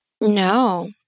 No